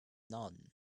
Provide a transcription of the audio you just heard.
none